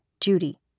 Judy